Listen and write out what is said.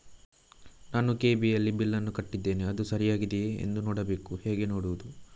ನಾನು ಕೆ.ಇ.ಬಿ ಯ ಬಿಲ್ಲನ್ನು ಕಟ್ಟಿದ್ದೇನೆ, ಅದು ಸರಿಯಾಗಿದೆಯಾ ಎಂದು ನೋಡಬೇಕು ಹೇಗೆ ನೋಡುವುದು?